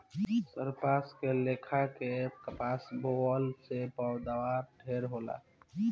सरपास लेखा के कपास बोअला से पैदावार ढेरे हो तावे